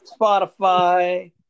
Spotify